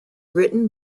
written